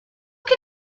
can